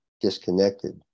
disconnected